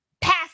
pass